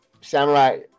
Samurai